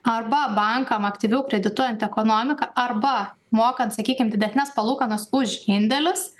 arba bankam aktyviau kredituojant ekonomiką arba mokant sakykim didesnes palūkanas už indėlius